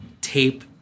tape